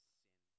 sin